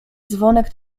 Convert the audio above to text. dzwonek